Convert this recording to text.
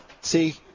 see